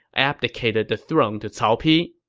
abdicated the throne to cao pi.